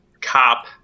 cop